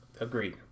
Agreed